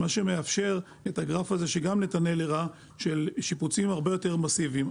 מה שמאפשר את הגרף שגם נתנאל הראה של שיפוצים הרבה יותר מסיביים.